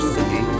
City